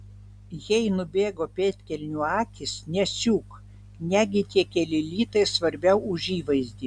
jei nubėgo pėdkelnių akys nesiūk negi tie keli litai svarbiau už įvaizdį